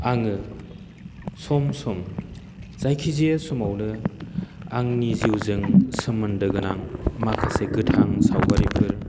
आङो सम सम जायखिजाया समावनो आंनि जिउजों सोमोन्दो गोनां माखासे गोथां सावगारिफोर